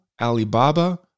Alibaba